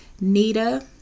nita